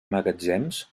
magatzems